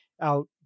out